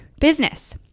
business